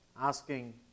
asking